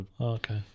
okay